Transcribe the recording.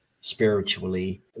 spiritually